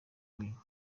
kunywa